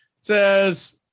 says